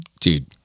Dude